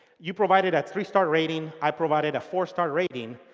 you provided a three star generating. i provided a four star generating.